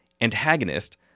antagonist